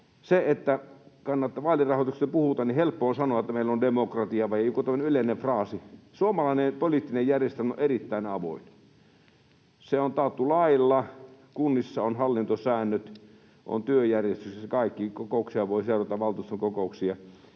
sydämeltään. Kun vaalirahoituksesta puhutaan, niin helppo on sanoa, että ”meillä on demokratia” ei ole kuin tuollainen yleinen fraasi. Suomalainen poliittinen järjestelmä on erittäin avoin. Se on taattu lailla, kunnissa on hallintosäännöt, on työjärjestykset ja kaikki, valtuuston kokouksia